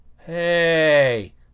Hey